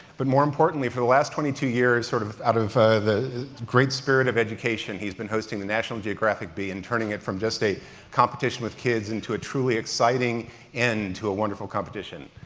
but more importantly for the last twenty two years, sort of out of the great spirit of education, he's been hosting the national geographic bee and turning it from just a competition with kids into a truly exciting and to a wonderful competition.